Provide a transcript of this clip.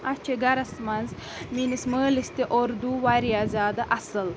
اَسہِ چھِ گَرَس منٛز میٛٲنِس مٲلِس تہِ اُردو واریاہ زیادٕ اَصٕل